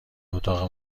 اتاق